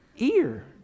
ear